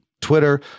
Twitter